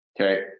Okay